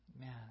Man